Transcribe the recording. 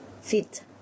fit